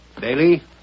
Bailey